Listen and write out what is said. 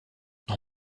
non